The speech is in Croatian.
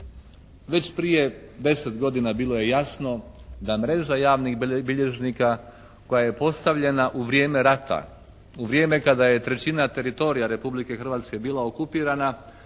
Već prije 10 godina bilo je jasno da mreža javnih bilježnika koja je postavljena u vrijeme rata, u vrijeme kada je trećina teritorija Republike Hrvatske bila okupirana,